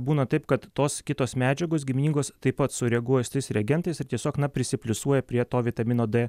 būna taip kad tos kitos medžiagos giminingos taip pat sureaguoja su tais reagentais ir tiesiog na prisipliusuoja prie to vitamino d